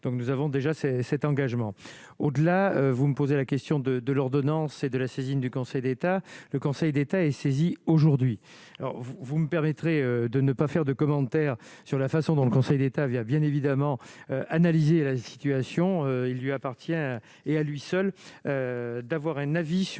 donc nous avons déjà c'est cet engagement au-delà, vous me posez la question de de l'ordonnance et de la saisine du Conseil d'État, le Conseil d'État est saisi aujourd'hui alors, vous me permettrez de ne pas faire de commentaires sur la façon dont le Conseil d'État vient bien évidemment analyser la situation, il lui appartient et à lui seul d'avoir un avis sur